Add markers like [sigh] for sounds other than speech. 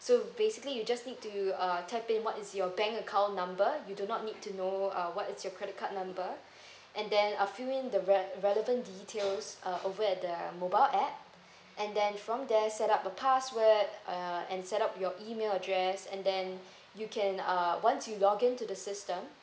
so basically you just need to uh tapping what is your bank account number you do not need to know uh what is your credit card number [breath] and then uh fill in the re~ relevant details uh over at the mobile app and then from there set up a password uh and set up your email address and then you can uh once you log in to the system